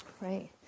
right